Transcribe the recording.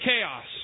Chaos